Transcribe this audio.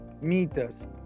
meters